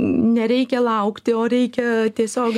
nereikia laukti o reikia tiesiog